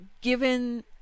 given